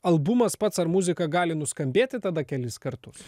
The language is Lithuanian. albumas pats ar muzika gali nuskambėti tada kelis kartus